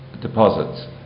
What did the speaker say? deposits